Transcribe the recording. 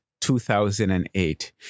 2008